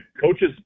coaches